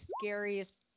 scariest